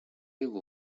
его